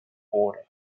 border